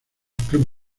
club